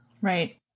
Right